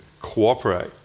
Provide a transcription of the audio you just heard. cooperate